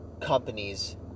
companies